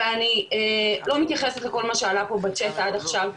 ואני לא מתייחסת לכל מה שעלה פה בצ'אט עד עכשיו,